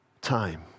time